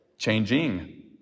Changing